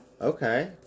Okay